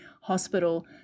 hospital